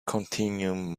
continuum